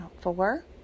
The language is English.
four